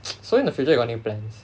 so in the future you got any plans